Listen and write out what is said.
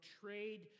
trade